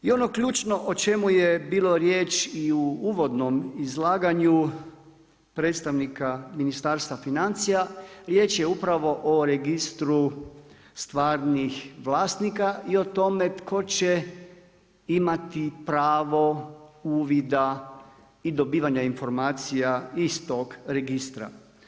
I ono ključno o čemu je bilo riječ i uvodnom izlaganju predstavnika Ministarstva financija, riječ je upravo o registru stvarnih vlasnika i o tome tko će imati pravo uvida i dobivanja informacija iz tog registra.